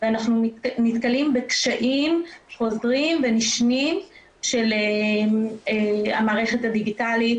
ואנחנו נתקלים בקשיים חוזרים ונשנים של המערכת הדיגיטלית,